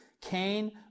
Cain